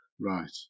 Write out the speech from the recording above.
Right